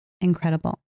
incredible